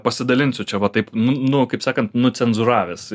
pasidalinsiu čia va taip nu nu kaip sakant nu cenzūravęs